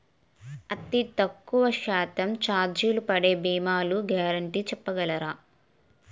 అతి తక్కువ శాతం ఛార్జీలు పడే భీమాలు గ్యారంటీ చెప్పగలరా?